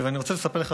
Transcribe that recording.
אני רוצה לספר לך,